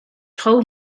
told